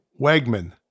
Wegman